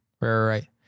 Right